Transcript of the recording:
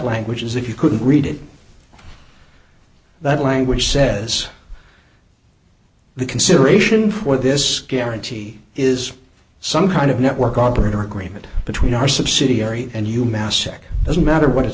language is if you could read it that language says the consideration for this guarantee is some kind of network operating agreement between our subsidiary and you mastic doesn't matter what it